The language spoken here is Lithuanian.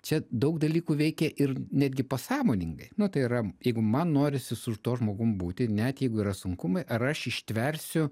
čia daug dalykų veikia ir netgi pasąmoningai nu tai yra jeigu man norisi su tuo žmogum būti net jeigu yra sunkumai ar aš ištversiu